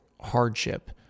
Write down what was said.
hardship